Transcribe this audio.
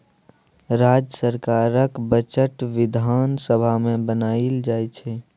राज्य सरकारक बजट बिधान सभा मे बनाएल जाइ छै